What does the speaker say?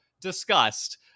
discussed